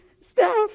staff